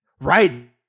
Right